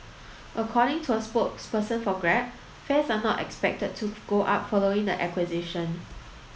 according to a spokesperson for Grab fares are not expected to go up following the acquisition